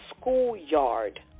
schoolyard